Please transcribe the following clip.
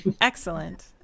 Excellent